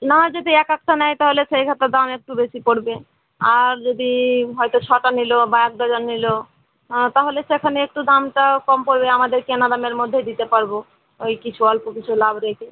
না যদি একেকটা নেয় তাহলে সেইভাবে দাম একটু বেশি পড়বে আর যদি হয়তো ছটা নিলো বা এক ডজন নিলো তাহলে সেখানে একটু দামটা কম পড়বে আমাদের কেনা দামের মধ্যে দিতে পারবো ওই কিছু অল্প কিছু লাভ রেখে